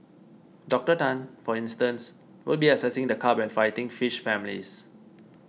Dr Tan for instance will be assessing the carp and fighting fish families